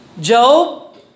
Job